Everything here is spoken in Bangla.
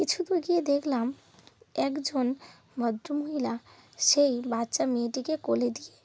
কিছু দূর গিয়ে দেখলাম একজন ভদ্রমহিলা সেই বাচ্চা মেয়েটিকে কোলে দিয়ে